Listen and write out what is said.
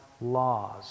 laws